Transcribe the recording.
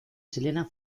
selena